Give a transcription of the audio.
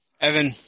Evan